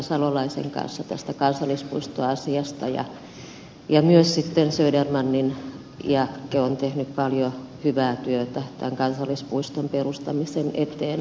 salolaisen kanssa tästä kansallispuistoasiasta ja myös södermanin jakke on tehnyt paljon hyvää työtä tämän kansallispuiston perustamisen eteen